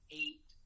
eight